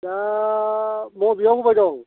दा बबेयाव होबाय दं